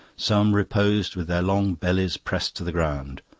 some reposed with their long bellies pressed to the ground,